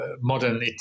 modern